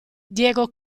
diego